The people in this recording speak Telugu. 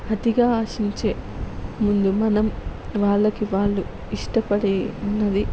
అతిగా ఆశించే ముందు మనం వాళ్ళకి వాళ్ళు ఇష్టపడే ఉన్నది